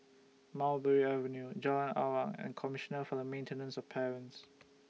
Mulberry Avenue Jalan Awang and Commissioner For The Maintenance of Parents